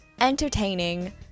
entertaining